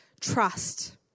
trust